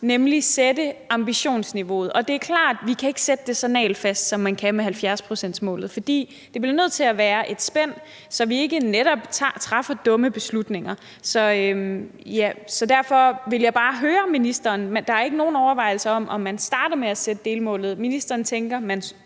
nemlig sætte ambitionsniveauet. Det er klart, at vi ikke kan sætte det så nagelfast, som man kan med 70-procentsmålet, fordi det bliver nødt til at være et spænd, så vi ikke netop træffer dumme beslutninger. Så derfor vil jeg bare høre ministeren, om der ikke er nogen overvejelser over, om man starter med at sætte delmålet. Tænker ministeren,